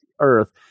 Earth